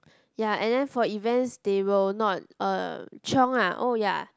ya and then for events they will not uh chiong ah oh ya